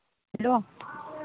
hello